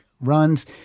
runs